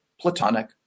platonic